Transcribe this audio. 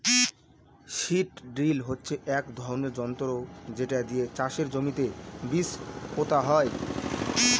seed drill হচ্ছে এক ধরনের যন্ত্র যেটা দিয়ে চাষের জমিতে বীজ পোতা হয়